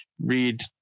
read